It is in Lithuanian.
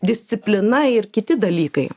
disciplina ir kiti dalykai